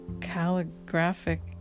calligraphic